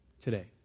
today